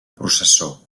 processó